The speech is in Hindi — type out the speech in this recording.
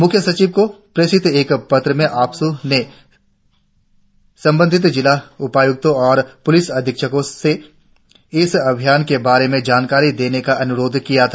मुख्य सचिव को प्रेसित एक पत्र में आपसू ने संबधित जिला उपायुक्तो और पुलिस अधीक्षको को इस अभियान के बारे में जानकारी देने का अनुरोध किया था